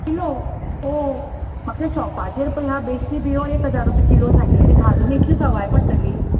kilo ओ म्हाका शोपाचेर पय ह्या बेश्टे बियो आसा बारीक किलो सांगल्या आनी भाजून इतले सोवाय पडटली